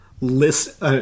list